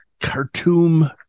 Khartoum